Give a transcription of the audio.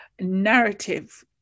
narrative